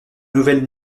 nouvelles